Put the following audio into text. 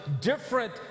different